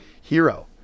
hero